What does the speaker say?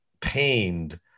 pained